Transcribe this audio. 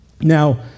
Now